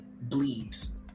bleeds